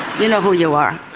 you know who you are.